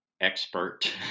expert